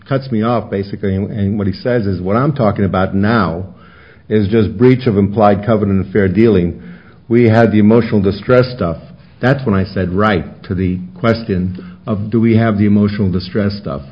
cuts me off basically and what he says is what i'm talking about now is just breach of implied covenant of fair dealing we had the emotional distress stuff that's when i said right to the question of do we have emotional distress stuff